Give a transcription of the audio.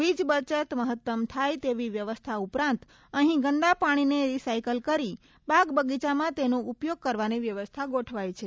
વીજ બચત મહત્તમ થાય તેવી વ્યવસ્થા ઉપરાંત અહીં ગંદાપાણીને રીસાયકલ કરી બાગબગીચામાં તેનો ઉપયોગ કરવાની વ્યવસ્થા ગોઠવાઇ છે